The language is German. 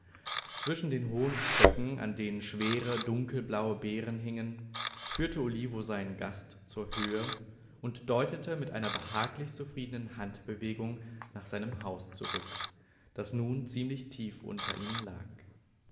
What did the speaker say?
zwischen den hohen stöcken an denen schwere dunkelblaue beeren hingen führte olivo seinen gast zur höhe und deutete mit einer behaglich zufriedenen handbewegung nach seinem haus zurück das nun ziemlich tief unter ihnen lag